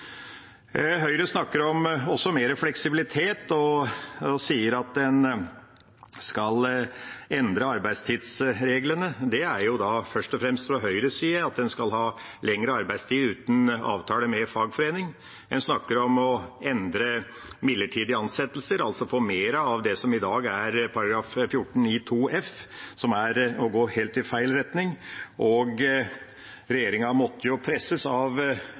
Høyre snakker også om mer fleksibilitet og sier at en skal endre arbeidstidsreglene. Det er først og fremst fra Høyres side at en skal ha lengre arbeidstid uten avtale med fagforening. En snakker om å endre midlertidige ansettelser, altså få mer av det som i dag er § 14-9 f, noe som er å gå i helt feil retning. Regjeringa måtte jo presses av